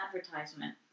advertisement